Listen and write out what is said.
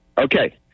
Okay